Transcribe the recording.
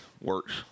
works